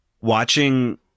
watching